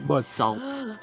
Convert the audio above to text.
salt